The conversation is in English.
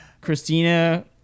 Christina